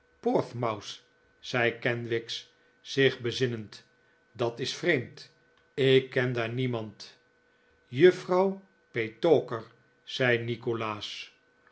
portsmouth zei kenwigs zich bezinnend dat is vreemd ik ken daar niemand juffrouw petowker zei nikolaas